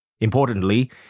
Importantly